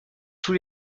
tout